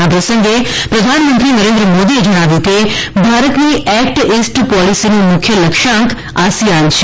આ પ્રસંગે પ્રધાનમંત્રી નરેન્દ્ર મોદીએ જણાવ્યુ કે ભારતની એકટ ઈસ્ટ પોલીસીનું મુખ્ય લાક્ષ્યાંક આસિયાન છે